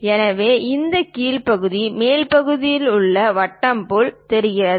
எனவே இந்த கீழ் பகுதி மேல் பார்வையில் ஒரு வட்டம் போல் தெரிகிறது